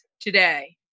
today